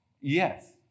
Yes